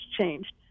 changed